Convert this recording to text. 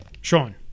sean